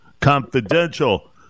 confidential